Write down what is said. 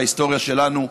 וההיסטוריה שלנו,